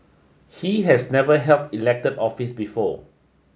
he has never held elected office before